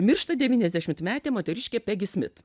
miršta devyniasdešimtmetė moteriškė pegi smit